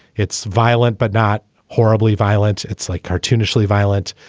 it's violent, but not horribly violent. it's like cartoonishly violent.